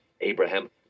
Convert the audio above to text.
Abraham